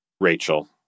Rachel